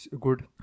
good